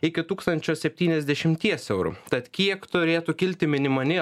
iki tūkstančio septyniasdešimties eurų tad kiek turėtų kilti minimani